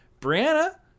Brianna